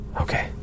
Okay